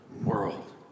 world